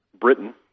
Britain